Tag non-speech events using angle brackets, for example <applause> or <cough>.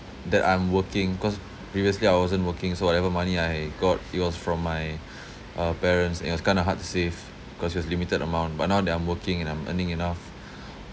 that I'm working cause previously I wasn't working so whatever money I got it was from my <breath> uh parents it was kind of hard to save cause it was limited amount but now that I'm working and I'm earning enough <breath>